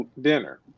dinner